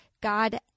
God